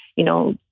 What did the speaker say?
you know,